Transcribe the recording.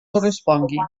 correspongui